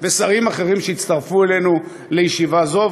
ושרים אחרים שהצטרפו אלינו לישיבה זו,